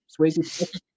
Swayze